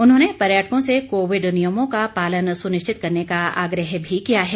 उन्होंने पर्यटकों से कोविड नियमों का पालन सुनिश्चित करने का आग्रह भी किया है